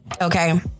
Okay